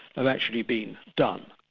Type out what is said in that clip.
and actually been done,